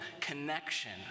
connection